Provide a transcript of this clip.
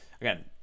again